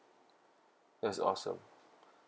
that's awesome